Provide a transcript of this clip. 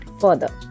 further